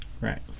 right